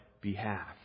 behalf